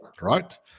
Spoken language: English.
right